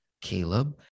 Caleb